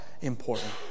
important